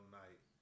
night